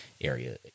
area